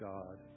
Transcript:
God